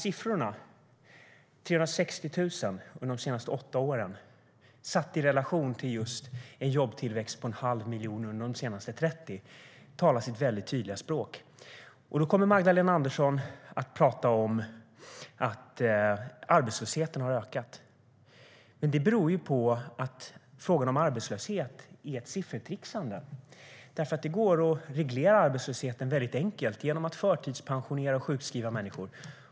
Siffran 360 000 under de senaste 8 åren satt i relation till en jobbtillväxt på en halv miljon under de senaste 30 åren talar sitt väldigt tydliga språk. Då kommer Magdalena Andersson att tala om att arbetslösheten har ökat. Men det beror ju på att frågan om arbetslöshet är ett siffertrixande, för det går att reglera arbetslösheten väldigt enkelt genom att förtidspensionera och sjukskriva människor.